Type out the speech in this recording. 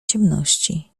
ciemności